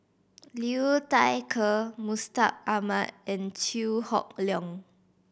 Liu Thai Ker Mustaq Ahmad and Chew Hock Leong